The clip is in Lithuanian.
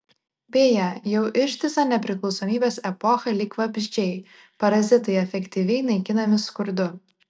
beje jau ištisą nepriklausomybės epochą lyg vabzdžiai parazitai efektyviai naikinami skurdu